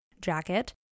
jacket